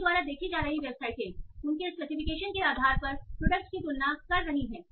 आपके द्वारा देखी जा रही वेबसाइटें उनके स्पेसिफिकेशन के आधार पर प्रोडक्टस की तुलना कर रही हैं